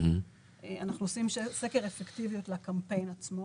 אנחנו עושים סקר אפקטיביות לקמפיין עצמו